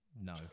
no